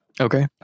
Okay